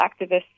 activists